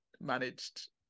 managed